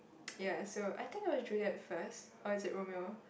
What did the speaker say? ya so I think it was Juliet first or is it Romeo